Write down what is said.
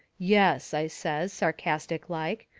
yes, i says, sarcastic like,